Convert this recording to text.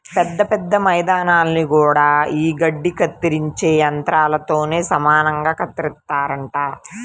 పెద్ద పెద్ద మైదానాల్ని గూడా యీ గడ్డి కత్తిరించే యంత్రాలతోనే సమానంగా కత్తిరిత్తారంట